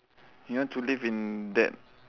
you want to live in that